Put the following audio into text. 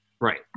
Right